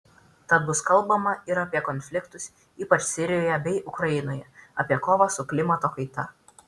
tad bus kalbama ir apie konfliktus ypač sirijoje bei ukrainoje apie kovą su klimato kaita